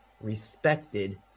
respected